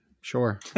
sure